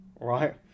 right